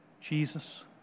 Jesus